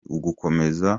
ugukomeza